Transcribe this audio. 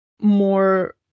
more